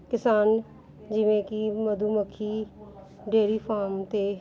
ਕਿਸਾਨ ਜਿਵੇਂ ਕਿ ਮਧੂਮੱਖੀ ਡੇਅਰੀ ਫਾਰਮ ਅਤੇ